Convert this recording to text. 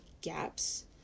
gaps